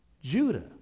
Judah